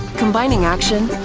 combining action,